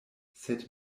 sed